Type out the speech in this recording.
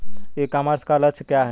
ई commerce का लक्ष्य क्या है?